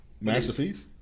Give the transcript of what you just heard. Masterpiece